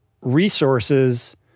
resources